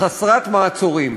חסרת מעצורים,